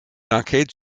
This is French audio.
enquête